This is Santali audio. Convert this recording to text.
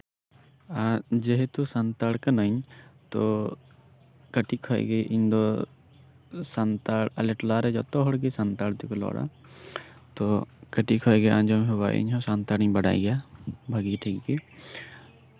ᱡᱮᱦᱮᱛᱩ ᱥᱟᱱᱛᱟᱲ ᱠᱟᱱᱟᱧ ᱠᱟᱹᱴᱤᱡ ᱠᱷᱚᱱ ᱜᱮ ᱤᱧᱫᱚ ᱟᱞᱮ ᱴᱚᱞᱟᱨᱮ ᱡᱚᱛᱚ ᱦᱚᱲᱜᱮ ᱥᱟᱱᱛᱟᱲ ᱛᱮᱜᱮ ᱞᱮ ᱨᱚᱲᱼᱟ ᱛᱳ ᱠᱟᱹᱴᱤᱡ ᱠᱷᱚᱱ ᱜᱮ ᱟᱸᱡᱚᱢ ᱦᱮᱣᱟ ᱤᱧᱦᱚᱸ ᱥᱟᱱᱛᱟᱲᱤ ᱵᱟᱲᱟᱭ ᱜᱮᱭᱟ ᱵᱷᱟᱹᱜᱤ ᱴᱷᱤᱠ ᱜᱮ